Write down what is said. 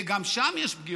וגם יש פגיעות,